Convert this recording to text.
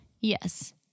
Yes